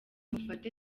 mufate